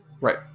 Right